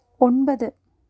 ஒன்பது